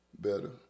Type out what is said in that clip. better